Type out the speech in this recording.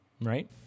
right